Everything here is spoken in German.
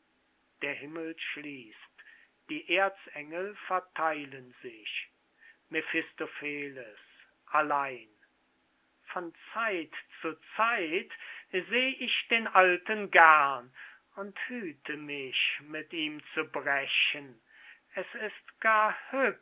der himmel schließt die erzengel vertheilen sich mephistopheles allein von zeit zu zeit seh ich den alten gern und hüte mich mit ihm zu brechen es ist gar